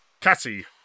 Cassie